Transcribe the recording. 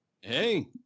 Hey